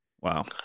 Wow